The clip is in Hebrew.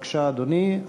בבקשה, אדוני.